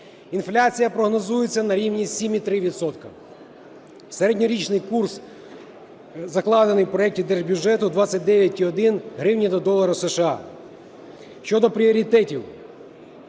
Інфляція прогнозується на рівні 7,3 відсотка. Середньорічний курс, закладений в проекті Держбюджету, 29,1 гривня до долара США. Щодо пріоритетів.